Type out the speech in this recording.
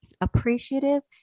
appreciative